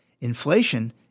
Inflation